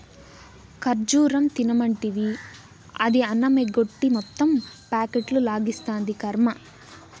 ఖజ్జూరం తినమంటివి, అది అన్నమెగ్గొట్టి మొత్తం ప్యాకెట్లు లాగిస్తాంది, కర్మ